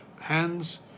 hands